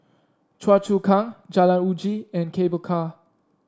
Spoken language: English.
Choa Chu Kang Jalan Uji and Cable Car